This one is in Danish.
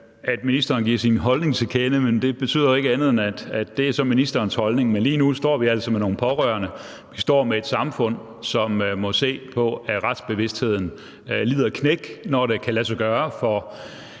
at ministeren giver sin holdning til kende, men det betyder jo ikke andet, end at det så er ministerens holdning. Men lige nu står vi altså med nogle pårørende og vi står med et samfund, som må se på, at retsbevidstheden lider et knæk, når det kan lade sig gøre